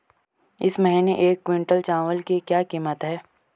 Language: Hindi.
इस महीने एक क्विंटल चावल की क्या कीमत है?